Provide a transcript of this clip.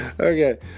Okay